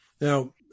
Now